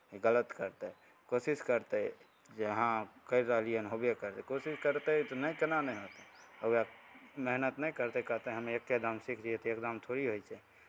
गलत करतै कोशिश करतै जे हँ करि रहली हन होबे करतै कोशिश करतै तऽ नहि केना नहि होतै ओकरा मेहनति नहि करतै कहतै हम एक्के दानमे सीख लियै तऽ एक दानमे थोड़े होइ छै